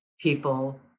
people